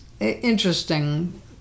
Interesting